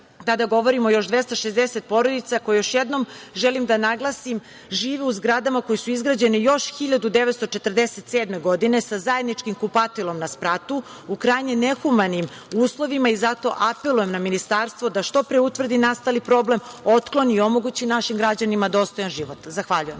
tada govorim o još 260 porodica koje, još jednom želim da naglasim, žive u zgradama koje su izgrađene još 1947. godine sa zajedničkim kupatilom na spratu, u krajnje ne humanim uslovima. Zato apelujem na ministarstvo da što pre utvrdi nastali problem, otkloni i omogući našim građanima dostojan život. Zahvaljujem.